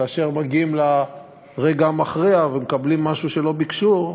כאשר מגיעים לרגע המכריע ומקבלים משהו שלא ביקשו,